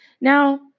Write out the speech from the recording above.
Now